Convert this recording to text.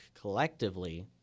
collectively